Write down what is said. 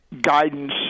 guidance